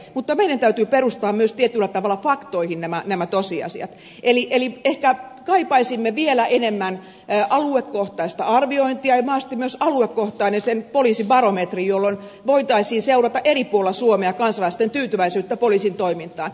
mutta meidän täytyy perustaa myös tietyllä tavalla faktoihin nämä tosiasiat eli ehkä kaipaisimme vielä enemmän aluekohtaista arviointia ja mahdollisesti myös aluekohtaista poliisibarometria jolloin voitaisiin seurata eri puolilla suomea kansalaisten tyytyväisyyttä poliisin toimintaan